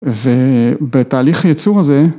‫ובתהליך היצור הזה...